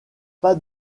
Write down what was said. pas